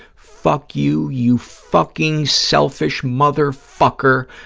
fuck you, you fucking selfish motherfucker,